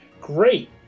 great